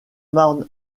marne